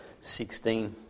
sixteen